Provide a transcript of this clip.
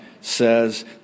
says